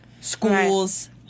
schools